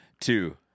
two